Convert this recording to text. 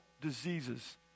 diseases